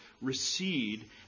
recede